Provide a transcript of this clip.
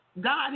God